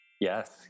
Yes